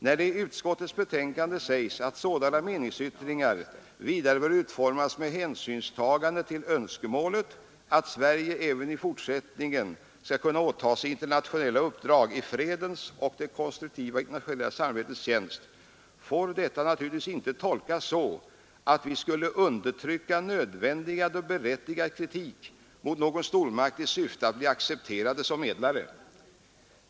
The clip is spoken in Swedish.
När det i utskottets betänkande sägs att sådana meningsyttringar vidare bör utformas med hänsynstagande till önskemålet att Sverige även i fortsättningen skall kunna åta sig internationella uppdrag i fredens och det konstruktiva internationella samarbetets tjänst, får detta naturligtvis inte tolkas så att vi skulle undertrycka nödvändig och berättigad kritik mot någon stormakt i syfte att bli accepterade som medlare.